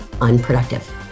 unproductive